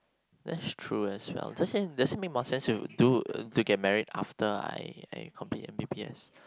that's true as well does it does it make more sense to do uh to get married after I I complete M_B_B_S